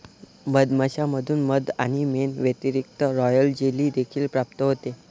मधमाश्यांमधून मध आणि मेण व्यतिरिक्त, रॉयल जेली देखील प्राप्त होते